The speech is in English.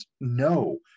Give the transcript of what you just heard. no